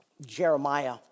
Jeremiah